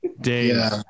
Dave